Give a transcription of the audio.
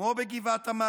כמו בגבעת עמל,